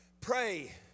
pray